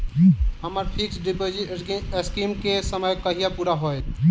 हम्मर fix deposit scheme केँ समय कहिया पूरा हैत?